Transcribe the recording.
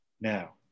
now